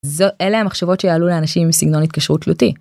אלה המחשבות שיעלו לאנשים עם סגנון התקשרות לוטי.